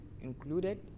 included